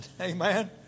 Amen